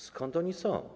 Skąd oni są?